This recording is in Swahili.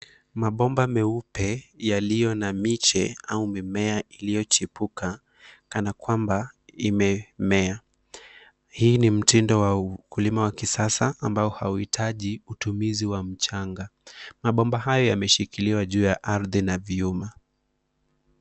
Mabomba meupe yaliyo na miche au mimea iliyochipuka kana kwamba imemea. Hii ni mtindo wa ukulima wa kisasa ambao hauitaji utumizi wa mchanga. Mabomba hayo yameshikiliwa juu ya ardhi na vyuma.